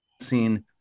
seen